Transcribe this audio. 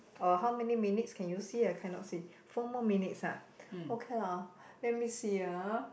oh how many minutes can you see I cannot see four more minutes ah okay lah let me see ah